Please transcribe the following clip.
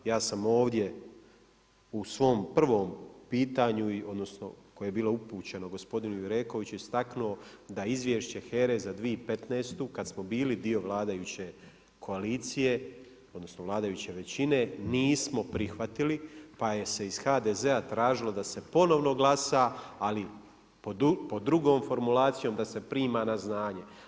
Ja sam ovdje u svom prvom pitanju odnosno koje je bilo upućeno gospodinu Jurekoviću istaknuo, da izvješće HERA-e za 2015. kad smo bili dio vladajuće koalicije odnosno vladajuće većine, nismo prihvatili pa je se ih HDZ-a tražilo da se ponovno glasa ali pod drugom formulacijom, da se prima na znanje.